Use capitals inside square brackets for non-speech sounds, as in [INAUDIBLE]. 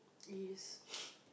is [NOISE]